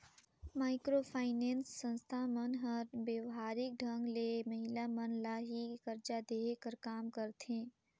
micro finance संस्था मन हर बेवहारिक ढंग ले महिला मन ल ही करजा देहे कर काम करथे